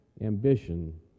ambition